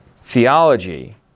theology